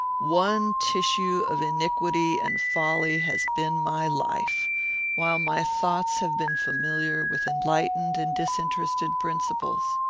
one tissue of iniquity and folly has been my life while my thoughts have been familiar with enlightened and disinterested principles.